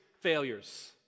failures